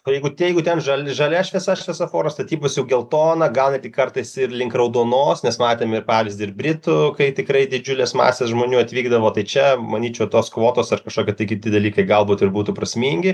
jeigu ten žalia žalia šviesa šviesoforo statybos jau geltona gal netgi kartais ir link raudonos nes matėm ir pavyzdį ir britų kai tikrai didžiulės masės žmonių atvykdavo tai čia manyčiau tos kvotos ar kažkokie tai kiti dalykai galbūt ir būtų prasmingi